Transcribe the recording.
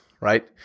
right